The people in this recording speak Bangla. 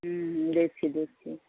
হুম দেখছি দেখছি